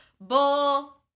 bull